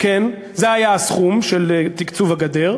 זה היה הסכום של תקצוב הגדר,